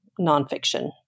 nonfiction